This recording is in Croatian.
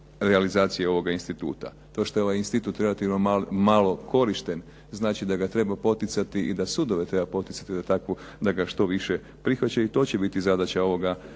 realizacije ovoga instituta. To što je ovaj institut relativno malo korišten znači da ga treba poticati i da sudove treba poticati da ga što više prihvaćaju i to će biti zadaća ovoga